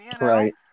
Right